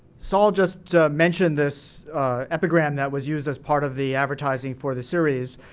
so i'll just mentioned this epigram that was used as part of the advertising for the series.